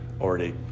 already